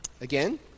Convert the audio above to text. Again